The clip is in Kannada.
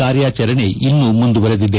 ಕಾರ್ಯಾಚರಣೆ ಇನ್ನು ಮುಂದುವರೆದಿದೆ